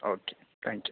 okay thank you